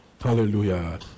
Hallelujah